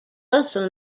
also